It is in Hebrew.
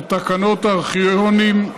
ותקנות הארכיונים,